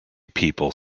people